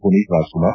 Maneet Rajkumar